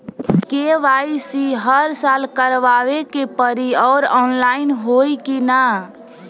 KYC हर साल करवावे के पड़ी और ऑनलाइन होई की ना?